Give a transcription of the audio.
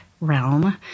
realm –